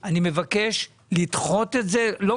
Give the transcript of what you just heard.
שתקציב המדינה ייתן לחקלאות -- מה